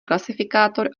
klasifikátor